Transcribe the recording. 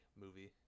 movie